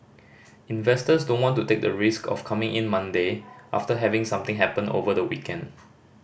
investors don't want to take the risk of coming in Monday after having something happen over the weekend